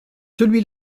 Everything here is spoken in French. celui